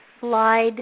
slide